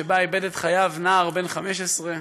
שבה איבד את חייו נער בן 15,